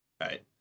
right